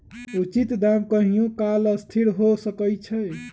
उचित दाम कहियों काल असथिर हो सकइ छै